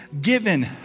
given